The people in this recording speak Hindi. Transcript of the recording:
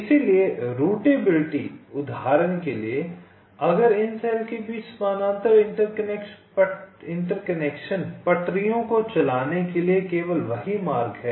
इसलिए रुटएबिलिटी उदाहरण के लिए अगर इन सेल के बीच समानांतर इंटरकनेक्शन पटरियों को चलाने के लिए केवल वही मार्ग है